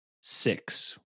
six